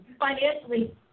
financially